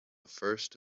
first